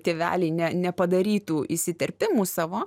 tėveliai ne nepadarytų įsiterpimų savo